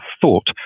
thought